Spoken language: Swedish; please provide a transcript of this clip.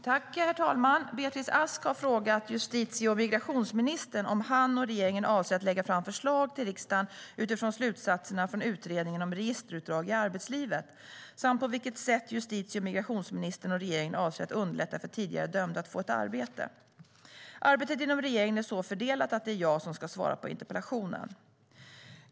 Herr talman! Beatrice Ask har frågat justitie och migrationsministern om han och regeringen avser att lägga fram förslag till riksdagen utifrån slutsatserna från Utredningen om registerutdrag i arbetslivet samt på vilket sätt justitie och migrationsministern och regeringen avser att underlätta för tidigare dömda att få ett arbete. Arbetet inom regeringen är så fördelat att det är jag som ska svara på interpellationen.